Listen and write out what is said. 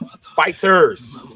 fighters